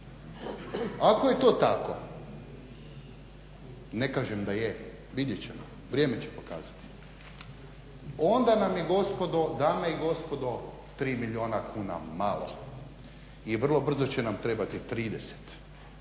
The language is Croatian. Ako je to tako, ne kažem da je, vidjet ćemo, vrijeme će pokazati onda nam je dame i gospodo tri milijuna kuna malo i vrlo brzo će nam trebati trideset jer